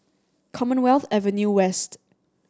Commonwealth Avenue West